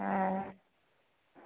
हँ